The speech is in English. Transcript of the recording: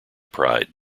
pride